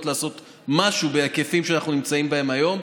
לעשות משהו בהיקפים שאנחנו נמצאים בהם היום.